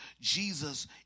jesus